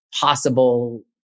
possible